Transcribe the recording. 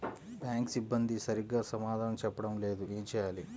Bank సిబ్బంది సరిగ్గా సమాధానం చెప్పటం లేదు ఏం చెయ్యాలి?